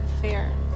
fair